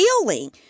feeling